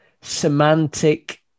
semantic